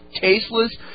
tasteless